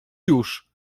już